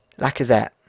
Lacazette